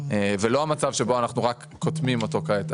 ולא המצב שבו אנחנו רק קוטמים אותו כעת,